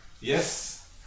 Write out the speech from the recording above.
Yes